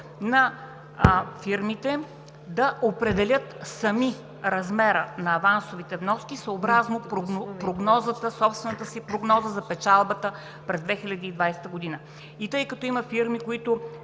на фирмите да определят сами размера на авансовите вноски, съобразно собствената си прогноза за печалбата през 2020 г. И тъй като има фирми, които